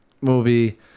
movie